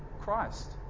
Christ